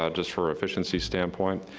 ah just for efficiency standpoint.